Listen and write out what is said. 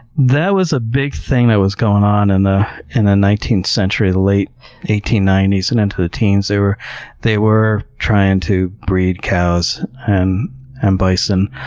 that was a big thing that was going on and in the nineteenth century, the late eighteen ninety s, and into the teens. they were they were trying to breed cows and bison.